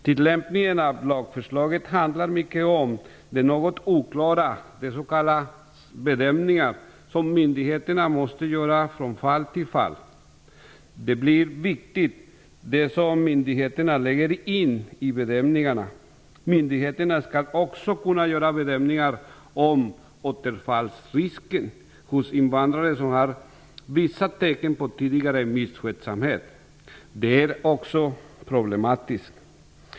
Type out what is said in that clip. Tillämpningen av lagförslaget handlar mycket om de något oklara s.k. bedömningar som myndigheterna måste göra från fall till fall. Det blir viktigt vad myndigheterna lägger in i bedömningarna. Myndigheterna skall också kunna göra bedömningar om återfallsrisken hos invandrare som tidigare har visat tecken på misskötsamhet. Också det är problematiskt.